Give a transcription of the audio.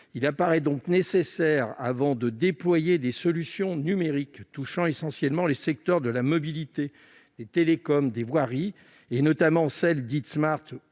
Il apparaît donc nécessaire, avant de déployer des solutions numériques touchant essentiellement les secteurs de la mobilité, des télécoms, des voiries, notamment celles dites « smart